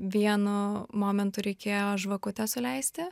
vienu momentu reikėjo žvakutes suleisti